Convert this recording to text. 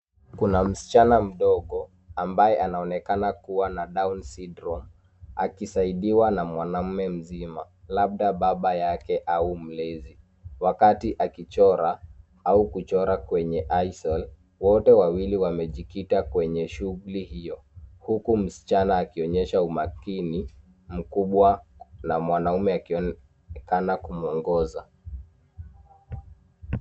Kuna msichana mdogo ambaye anaonekana kuwa na [down syndrome ]akisaidiwa na mwanamume mzima labda baba yake au mlezi, wakati akichora au kuchora kwenye [aisol]wote wawili wamejikita kwenye shughuli hiyo huku msichana akionyesha umakini mkubwa na mwanaume akionekana kumuongoza.